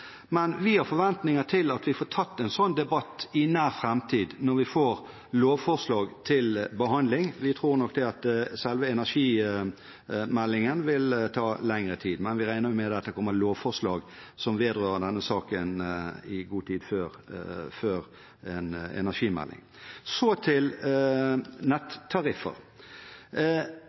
men vi har forventninger om at vi får tatt en slik debatt i nær framtid, når vi får lovforslag til behandling. Vi tror nok at selve energimeldingen vil ta lengre tid, men vi regner med at det kommer lovforslag som vedrører denne saken, i god tid før en energimelding. Så til